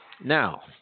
Now